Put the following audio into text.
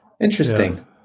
Interesting